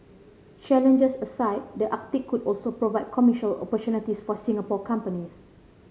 challenges aside the Arctic could also provide commercial opportunities for Singapore companies